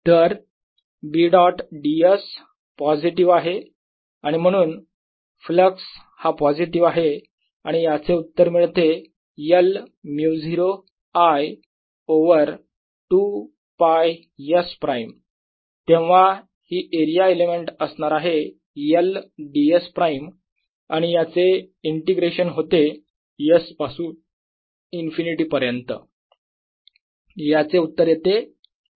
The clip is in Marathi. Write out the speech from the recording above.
तर B डॉट ds पॉझिटिव आहे आणि म्हणून फ्लक्स हा पॉझिटिव आहे आणि याचे उत्तर मिळते l μ0 I over 2 π s prime तेव्हा ही एरिया एलिमेंट असणार आहे l ds प्राईम आणि याचे इंटिग्रेशन होते s पासून इनफिनिटी पर्यंत याचे उत्तर येते l